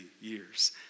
years